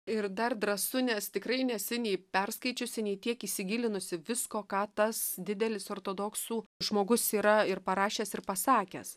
ir dar drąsu nes tikrai nesi nei perskaičiusi nei tiek įsigilinusi visko ką tas didelis ortodoksų žmogus yra ir parašęs ir pasakęs